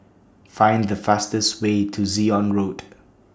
Find The fastest Way to Zion Road